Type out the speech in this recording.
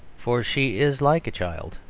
for she is like a child,